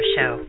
Show